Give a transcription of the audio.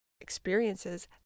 experiences